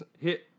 hit